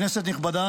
כנסת נכבדה,